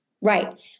Right